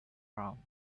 round